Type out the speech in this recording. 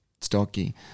stocky